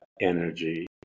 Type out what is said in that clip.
energy